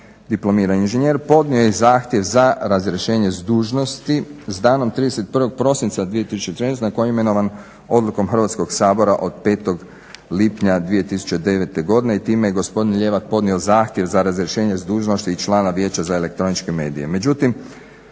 diplomirani inženjer podnio je zahtjev za razrješenje dužnosti s danom 31.prosinca 2013.na koju je imenovan odlukom Hrvatskog sabora od 5.lipnja 2009.godine. i time je gospodin Ljevak podnio zahtjev za razrješenje dužnosti člana Vijeća za elektroničke medije.